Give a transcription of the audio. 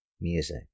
Music